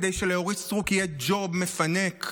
כדי שלאורית סטרוק יהיה ג'וב מפנק,